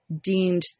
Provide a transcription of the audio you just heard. deemed